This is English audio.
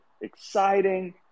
exciting